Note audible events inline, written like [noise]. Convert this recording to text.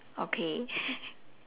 okay [laughs]